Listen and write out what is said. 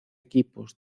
equipos